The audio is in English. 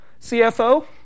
CFO